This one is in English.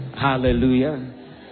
Hallelujah